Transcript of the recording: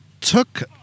took